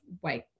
white